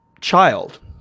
child